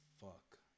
fuck